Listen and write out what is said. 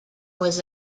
was